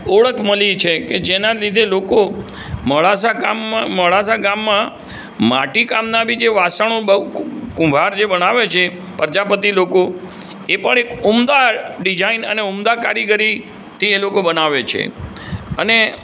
ઓળખ મળી છે કે જેના લીધે લોકો મોડાસા ગામમાં મોડાસા ગામમાં માટી કામના બી જે વાસણો બહુ કુંભાર જે બનાવે છે પ્રજાપતિ લોકો એ પણ એક ઉમદા ડીઝાઇન અને ઉમદા કારીગરીથી એ લોકો બનાવે છે અને